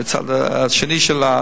בצד השני של,